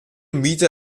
mieter